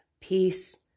peace